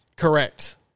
correct